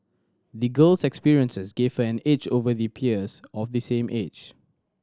the girl's experiences gave her an edge over the peers of the same age